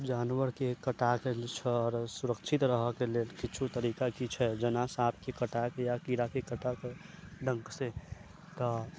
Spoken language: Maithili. जानवरके कटा के आओर सुरक्षित रहयके लेल किछो तरीका की छै जेना साँपके कटा या कीड़ाके कटा के डङ्कसँ तऽ